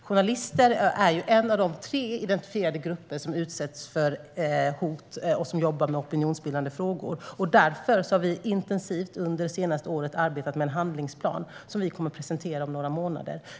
Journalister är en av tre identifierade grupper som utsätts för hot och som jobbar med opinionsbildande frågor. Därför har vi under det senaste året arbetat intensivt med en handlingsplan som vi kommer att presentera om några månader.